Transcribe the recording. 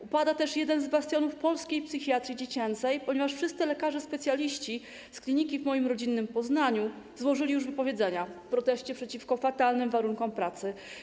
Upada też jeden z bastionów polskiej psychiatrii dziecięcej - wszyscy lekarze specjaliści z kliniki w moim rodzinnym Poznaniu złożyli już wypowiedzenia w proteście przeciwko fatalnym warunkom pracy.